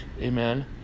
Amen